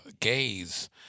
gays